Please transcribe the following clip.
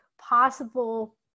possible